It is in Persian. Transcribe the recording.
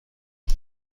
بود